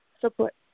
support